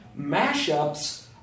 mashups